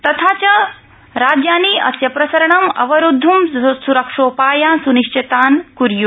तथा च राज्यानि अस्य प्रसरणम् अवरोदध्ं स्रक्षोपायान् स्निश्चितान् कुर्य्